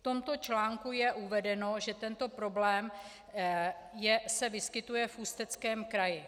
V tomto článku je uvedeno, že tento problém se vyskytuje v Ústeckém kraji.